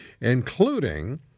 including